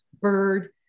bird